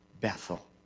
Bethel